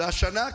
והשנה,